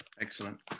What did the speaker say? excellent